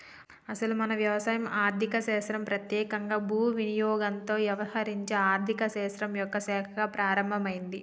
అసలు మన వ్యవసాయం ఆర్థిక శాస్త్రం పెత్యేకంగా భూ వినియోగంతో యవహరించే ఆర్థిక శాస్త్రం యొక్క శాఖగా ప్రారంభమైంది